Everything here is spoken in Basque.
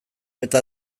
eta